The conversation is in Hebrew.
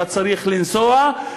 אתה צריך לנסוע,